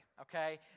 okay